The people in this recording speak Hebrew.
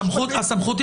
הסמכות,